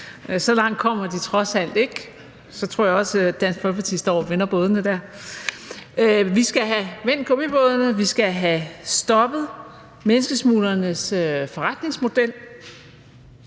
så langt kommer de trods alt ikke, men ellers tror jeg også, at Dansk Folkeparti står og vender bådene der. Vi skal have vendt gummibådene. Vi skal have stoppet menneskesmuglernes forretningsmodel.